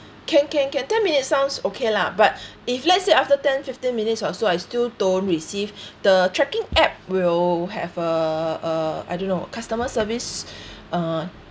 can can can get ten minutes sounds okay lah but if let's say after ten fifteen minutes or so I still don't receive the tracking app will have uh uh I don't know customer service uh